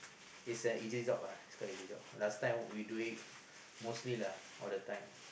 is an easy job uh it's quite easy job last time we doing mostly lah all the time